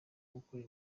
gukora